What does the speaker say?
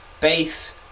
bass